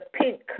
pink